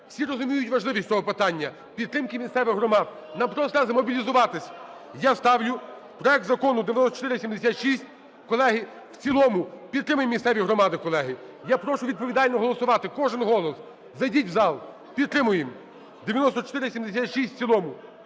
всі розуміють важливість цього питання підтримки місцевих громад. Нам просто требазмобілізуватись. Я ставлю проект Закону 9476, колеги, в цілому. Підтримаємо місцеві громади, колеги. Я прошу відповідально голосувати, кожен голос. Зайдіть у зал, підтримуємо 9476 в цілому.